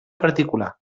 particular